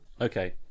Okay